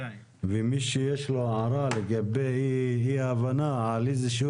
ומי שיש לו הערה לגבי אי הבנה כל איזשהו